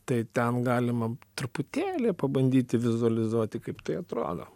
tai ten galima truputėlį pabandyti vizualizuoti kaip tai atrodo